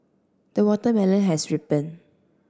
the watermelon has ripened